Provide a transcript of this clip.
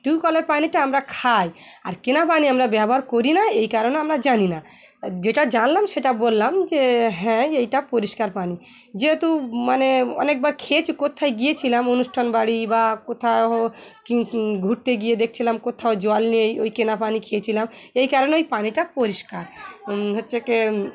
টিউবওয়েলের পানিটা আমরা খাই আর কেনা পানি আমরা ব্যবহার করি না এই কারণে আমরা জানি না যেটা জানলাম সেটা বললাম যে হ্যাঁ এটা পরিষ্কার পানি যেহেতু মানে অনেকবার খেয়েছি কোথায় গিয়েছিলাম অনুষ্ঠান বাড়ি বা কোথাও কি ঘুরতে গিয়ে দেখছিলাম কোথাও জল নেই ওই কেনা পানি খেয়েছিলাম এই কারণে ওই পানিটা পরিষ্কার হচ্ছে কি